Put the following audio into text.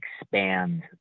expand